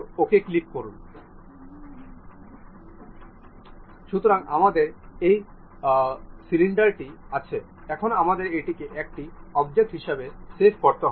এটি এই single cylinder ইঞ্জিনের জন্য উত্পন্ন অ্যানিমেশন